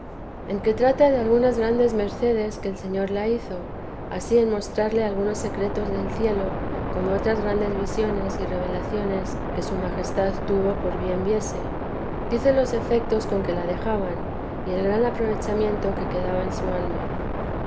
en que trata de algunas grandes meríndice cedes que el señor la hizo ansí en mostrarle algunos secretos del cielo como en otras grandes visiones y revelaciones que su majestad tuvo por bien viese dice los efectos con que la dejaban y el gran aprovechamiento que quedaba en su alma